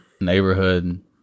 neighborhood